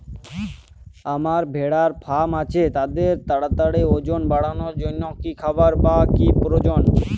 আমার ভেড়ার ফার্ম আছে তাদের তাড়াতাড়ি ওজন বাড়ানোর জন্য কী খাবার বা কী প্রয়োজন?